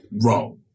wrong